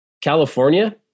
California